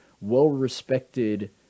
well-respected